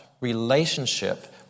relationship